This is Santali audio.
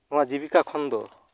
ᱚᱱᱟ ᱡᱤᱵᱤᱠᱟ ᱠᱷᱚᱱ ᱫᱚ